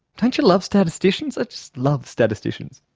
don't you love statisticians? i just love statisticians!